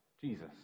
Jesus